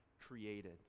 created